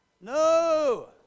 No